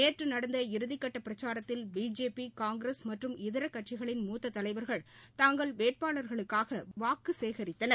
நேற்றுநடந்த இறுதிக்கட்டபிரச்சாரத்தில் பிஜேபி காங்கிரஸ் மற்றும் இதரகட்சிகளின் மூத்ததலைவர்கள் தங்கள் வேட்பாளர்களுக்காகவாக்குசேகரித்தார்கள்